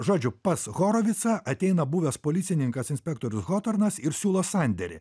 žodžiu pas horovitsą ateina buvęs policininkas inspektorius hotornas ir siūlo sandėrį